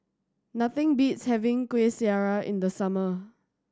nothing beats having Kueh Syara in the summer